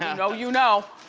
know, you know.